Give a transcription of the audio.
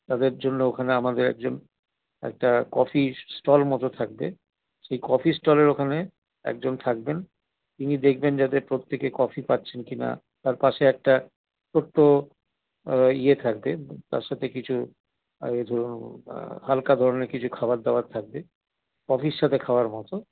তাদের জন্য ওখানে আমাদের একজন একটা কফির স্টল মত থাকবে সেই কফির স্টলের ওখানে একজন থাকবেন তিনি দেখবেন যাতে প্রত্যেকে কফি পাচ্ছেন কি না তার পাশে একটা ছোট্ট ইয়ে থাকবে তার সাথে কিছু ঐ ধরুন হালকা ধরনের কিছু খাবার দাবার থাকবে কফির সাথে খাওয়ার মত